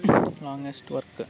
longest work